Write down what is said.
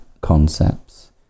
concepts